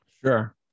Sure